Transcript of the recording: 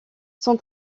son